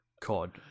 COD